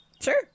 Sure